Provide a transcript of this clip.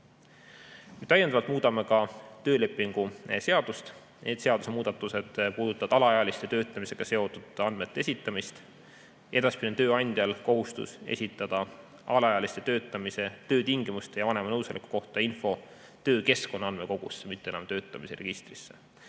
Täiendavalt muudame ka töölepingu seadust. Need muudatused puudutavad alaealiste töötamisega seotud andmete esitamist. Edaspidi on tööandjal kohustus esitada info alaealiste töötingimuste ja vanema nõusoleku kohta töökeskkonna andmekogusse, mitte enam töötamise registrisse.